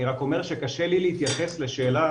אני רק אומר שקשה לי להתייחס לשאלה